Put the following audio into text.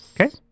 okay